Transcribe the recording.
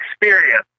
experience